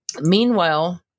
Meanwhile